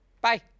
Bye